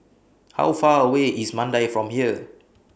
How Far away IS Mandai from here